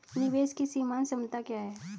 निवेश की सीमांत क्षमता क्या है?